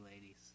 ladies